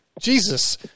Jesus